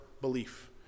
belief